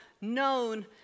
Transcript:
known